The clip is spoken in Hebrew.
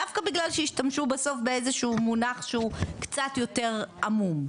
דווקא בגלל שהשתמשו בסוף באיזשהו מונח שהוא קצת יותר עמום.